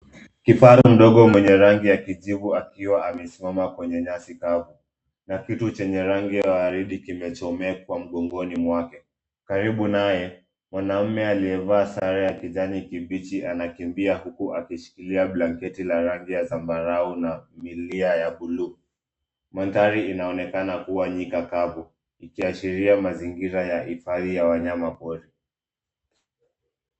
Kifaru mdogo mwenye rangi ya kijivu akiwa amesimama kwenye nyasi kavu, na kitu chenye rangi ya waridi kimechomea kwa mgongoni mwake. Karibu naye mwanaume aliyevaa sare ya kijani kibichi anakimbia huku akishikilia blanketi la rangi ya zambarau na milia ya bluu. Mandhari inaonekana kua nyika kavu ikiashiria mazingira ya hifadhi ya wanyama wa pori.